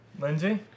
Lindsay